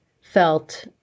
felt